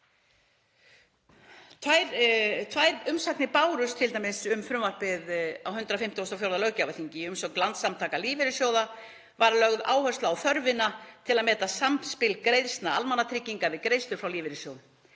Tvær umsagnir bárust um frumvarpið á 154. löggjafarþingi. Í umsögn Landssamtaka lífeyrissjóða var lögð áhersla á þörfina til að meta samspil greiðslna almannatrygginga við greiðslur frá lífeyrissjóðum.